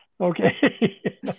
Okay